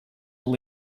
will